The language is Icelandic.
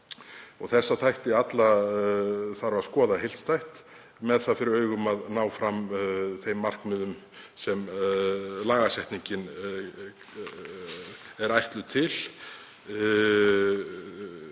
Þessa þætti alla þarf að skoða heildstætt með það fyrir augum að ná fram þeim markmiðum sem lagasetningin er ætluð til